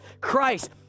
Christ